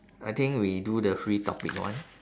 I think we do the free topic one